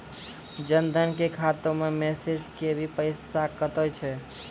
जन धन के खाता मैं मैसेज के भी पैसा कतो छ?